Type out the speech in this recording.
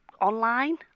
Online